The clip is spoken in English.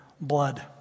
blood